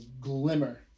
glimmer